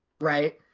Right